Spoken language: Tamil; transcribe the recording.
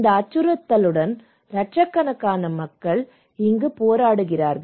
இந்த அச்சுறுத்தலுடன் லட்சக்கணக்கான மக்கள் இங்கு போராடுகிறார்கள்